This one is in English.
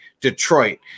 Detroit